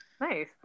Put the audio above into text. Nice